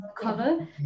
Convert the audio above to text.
cover